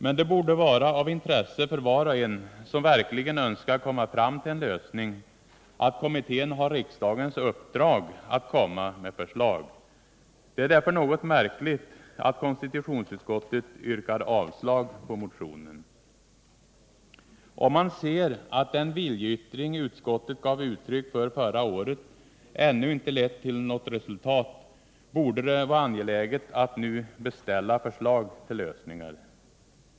Men det borde vara av intresse för var och en som verkligen önskar komma fram till en lösning att kommittén har riksdagens uppdrag att komma med förslag. Det är därför något märkligt att konstitutionsutskottet yrkar avslag på motionen. Om man ser att den viljeyttring utskottet gav uttryck för förra året ännu inte lett till något resultat, borde det vara angeläget att nu beställa förslag till lösningar.